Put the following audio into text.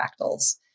fractals